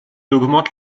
augmente